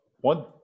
one